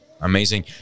amazing